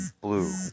blue